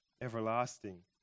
everlasting